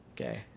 Okay